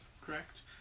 correct